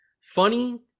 funny